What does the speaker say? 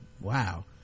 wow